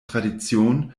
tradition